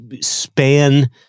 span